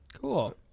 Cool